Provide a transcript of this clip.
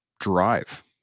drive